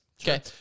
Okay